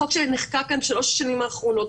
החוק שנחקק כאן בשלוש השנים האחרונות.